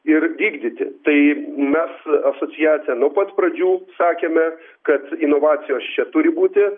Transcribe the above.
ir vykdyti tai mes asociacija nuo pat pradžių sakėme kad inovacijos čia turi būti